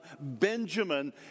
Benjamin